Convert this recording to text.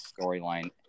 storyline